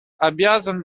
обязан